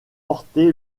porté